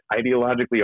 ideologically